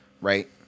right